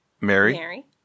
Mary